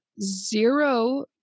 zero